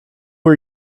are